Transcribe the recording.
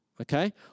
Okay